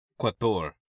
quator